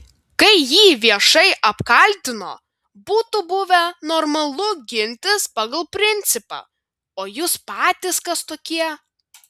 kai jį viešai apkaltino būtų buvę normalu gintis pagal principą o jūs patys kas tokie